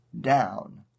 down